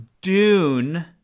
Dune